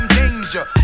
danger